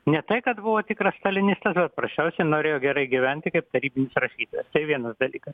ne tai kad buvo tikras stalinistas bet paprasčiausiai norėjo gerai gyventi kaip tarybinis rašytojas tai vienas dalykas